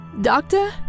Doctor